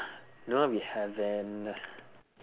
no we haven't